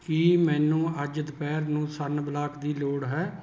ਕੀ ਮੈਨੂੰ ਅੱਜ ਦੁਪਹਿਰ ਨੂੰ ਸਨਬਲਾਕ ਦੀ ਲੋੜ ਹੈ